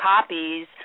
copies